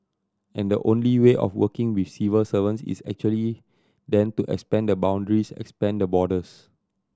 and the only way of working with civil servants is actually then to expand the boundaries expand the borders